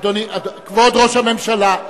כבוד ראש הממשלה,